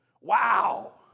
Wow